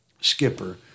Skipper